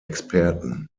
experten